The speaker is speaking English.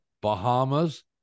Bahamas